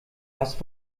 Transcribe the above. hast